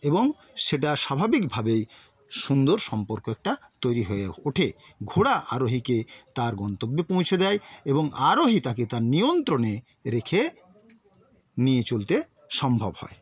এবং সেটা স্বাভাবিকভাবেই সুন্দর সম্পর্ক একটা তৈরি হয়ে ওঠে ঘোড়া আরোহীকে তার গন্তব্যে পৌঁছে দেয় এবং আরোহী তাকে তার নিয়ন্ত্রণে রেখে নিয়ে চলতে সম্ভব হয়